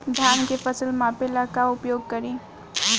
धान के फ़सल मापे ला का उपयोग करी?